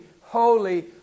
holy